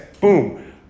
Boom